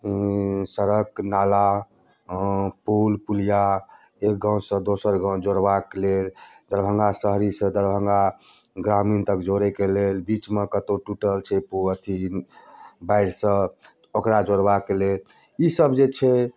सड़क नाला पूल पुलिया एक गाँव से दोसर गाँव जोड़बाके लेल दरभङ्गा शहरी से दरभङ्गा ग्रामीण तक जोड़ैके लेल बीचमे कतौ टूटल छै अथि बाढ़ि सँ ओकरा जोड़बाके लेल इसभ जे छै